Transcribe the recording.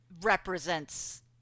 represents